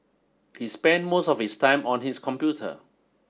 he spent most of his time on his computer